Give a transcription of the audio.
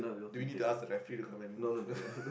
do you need to ask the referee to come in